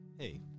Hey